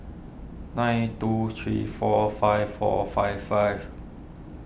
nine two three four five four five five